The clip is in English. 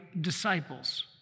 disciples